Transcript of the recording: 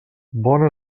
bona